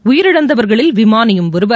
உயிரிழந்தவர்களில் விமானியும் ஒருவர்